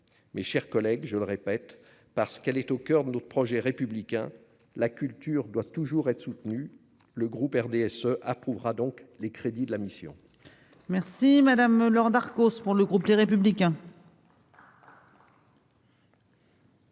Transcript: mes chers collègues, je le répète parce qu'elle est au coeur de notre projet républicain : la culture doit toujours être soutenu le groupe RDSE approuvera donc les crédits de la mission. Merci madame Laure Darcos pour le groupe Les Républicains.